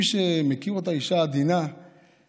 אשתי, מי שמכיר אותה היא אישה עדינה ואסתטית.